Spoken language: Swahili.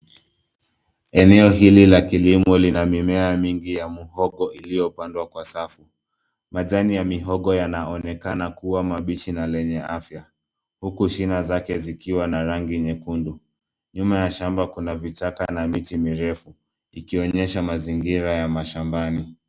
Eneo hili la kilimo lina mimea mingi ya muhogo iliyopandwa kwa safu. Majani ya mihogo yanaonekana kuwa mabichi na lenye afya uku shina zake zikiwa na rangi nyekundu. Nyuma ya shamba kuna vichaka na miti mirefu ikionyesha mazingira ya mashambani.